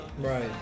Right